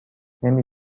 نمی